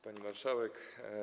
Pani Marszałek!